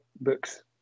books